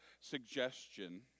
suggestion